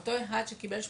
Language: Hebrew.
אותו אחד שקיבל 89,